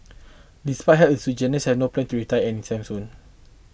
despite health issue Jansen has no plan to retire any time soon